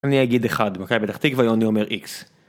אני אגיד אחד במכבי פתח תקווה, יוני אומר איקס.